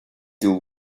till